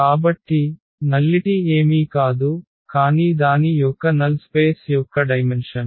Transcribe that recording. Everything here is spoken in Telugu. కాబట్టి నల్లిటి ఏమీ కాదు కానీ దాని యొక్క నల్ స్పేస్ యొక్క డైమెన్షన్